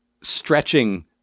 stretching